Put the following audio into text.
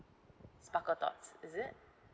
sparkletots is it